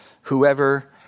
whoever